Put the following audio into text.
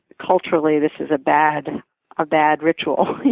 culturally, this is a bad ah bad ritual.